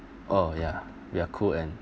oh yeah we're cool and